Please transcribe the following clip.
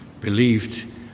believed